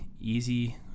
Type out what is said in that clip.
easy